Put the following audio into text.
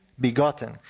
begotten